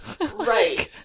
Right